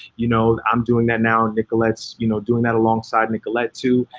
you know, i'm doing that now and nicolette's, you know, doing that alongside nicolette too.